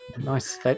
nice